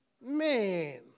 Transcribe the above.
Man